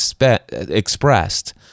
expressed